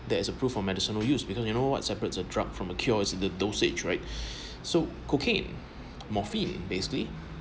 there is a proof of medicinal use because you know what separates a drug from a cure is the dosage right so cocaine morphine basically